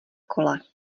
kole